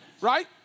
Right